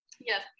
Yes